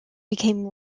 became